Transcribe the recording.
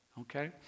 okay